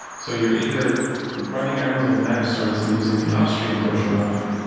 so you're either running amazon's managed service and using the upstream version of,